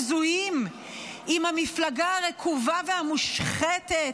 מזוהים עם המפלגה הרקובה והמושחתת,